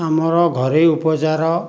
ଆମର ଘରୋଇ ଉପଚାର